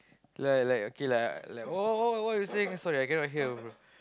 like like okay like like what what what what you say again sorry I cannot hear ah bro